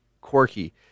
quirky